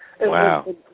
Wow